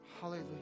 Hallelujah